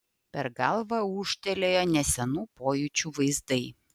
per galvą ūžtelėjo nesenų pojūčių vaizdai